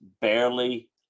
barely